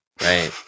right